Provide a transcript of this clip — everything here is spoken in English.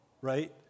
right